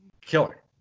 Killer